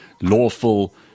lawful